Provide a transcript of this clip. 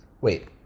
Wait